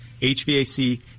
HVAC